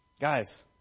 Guys